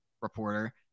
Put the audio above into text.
reporter